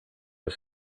are